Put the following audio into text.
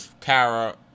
Kara